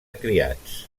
criats